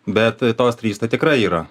bet tos trys tikrai yra